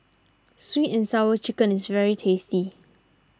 Sweet and Sour Chicken is very tasty